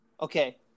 Okay